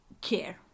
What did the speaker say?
care